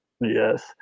Yes